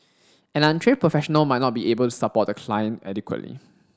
an untrained professional might not be able to support the client adequately